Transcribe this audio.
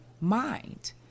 mind